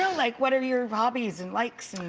like, what are your hobbies and likes?